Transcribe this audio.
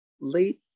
late